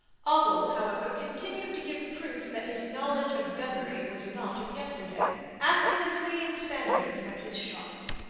ogle, however, continued to give proof that his knowledge of gunnery was not of yesterday. after the fleeing spaniards went his shots.